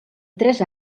tres